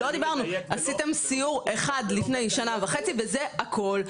עשיתם סיור אחד לפני שנה וחצי וזה הכול.